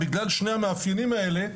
בגלל שני המאפיינים האלה,